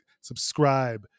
subscribe